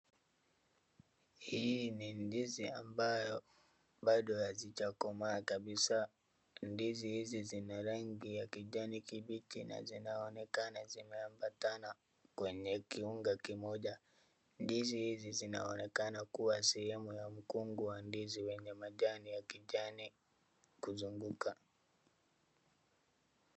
Hii ni ndizi ambayo bado hazijakomaa kabisa. Ndizi hizi zina rangi ya kijani kibichi na zinaonekana zimeambatana kwenye kiunga kimoja. Ndizi hizi zinaonekana kuwa sehemu ya mkungu wa ndizi wenye majani ya kijani kuzunguka.